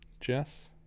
Jess